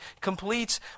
completes